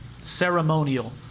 ceremonial